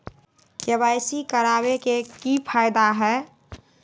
KYC करवाबे के कि फायदा है?